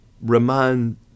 remind